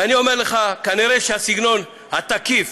ואני אומר לך, כנראה הסגנון התקיף